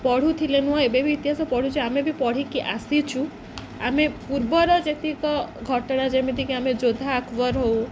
ପଢ଼ୁଥିଲେ ନୁହେଁ ଏବେ ବି ଇତିହାସ ପଢ଼ୁଛେ ଆମେ ବି ପଢ଼ିକି ଆସିଛୁ ଆମେ ପୂର୍ବର ଯେତିକ ଘଟଣା ଯେମିତିକି ଆମେ ଯୋଦ୍ଧା ଆକବର ହଉ